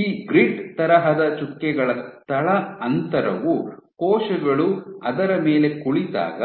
ಈ ಗ್ರಿಡ್ ತರಹದ ಚುಕ್ಕೆಗಳ ಸ್ಥಳ ಅಂತರವು ಕೋಶಗಳು ಅದರ ಮೇಲೆ ಕುಳಿತಾಗ